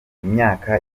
imyaka